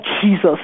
Jesus